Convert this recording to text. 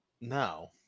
no